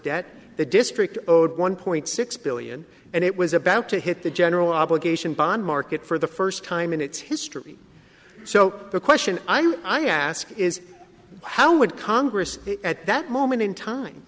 debt the district owed one point six billion and it was about to hit the general obligation bond market for the first time in its history so the question i ask is how would congress at that moment in time